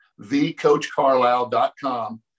thecoachcarlisle.com